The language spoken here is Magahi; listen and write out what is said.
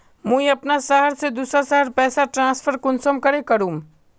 मुई अपना शहर से दूसरा शहर पैसा ट्रांसफर कुंसम करे करूम?